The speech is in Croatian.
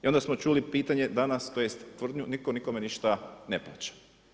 I onda smo čuli pitanje danas, tj. tvrdnju, nitko nikome ništa ne plaća.